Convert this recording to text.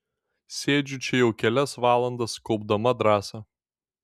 sėdžiu čia jau kelias valandas kaupdama drąsą